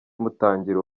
mutangira